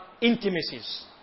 intimacies